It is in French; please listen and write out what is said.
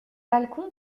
balcon